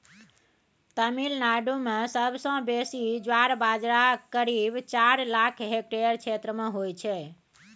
तमिलनाडु मे सबसँ बेसी ज्वार बजरा करीब चारि लाख हेक्टेयर क्षेत्र मे होइ छै